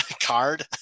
card